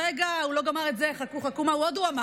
רגע, הוא לא גמר את זה, חכו חכו מה עוד הוא אמר.